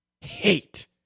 hate